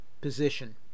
position